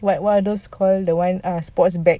one of those what you call that [one] ah sports bag